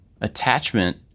attachment